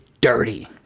dirty